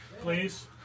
please